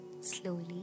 slowly